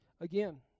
Again